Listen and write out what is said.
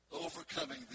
Overcoming